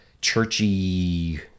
churchy